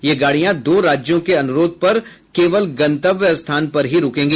ये गाडियां दो राज्यों के अनुरोध पर केवल गंतव्य स्थान पर ही रुकेंगी